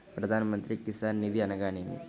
ప్రధాన మంత్రి కిసాన్ నిధి అనగా నేమి?